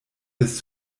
des